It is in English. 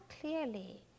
clearly